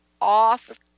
Off